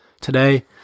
Today